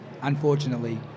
unfortunately